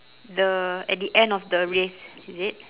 the at the end of the race is it